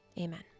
Amen